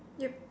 yup